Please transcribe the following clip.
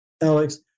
alex